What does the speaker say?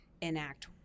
enact